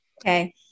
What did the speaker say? Okay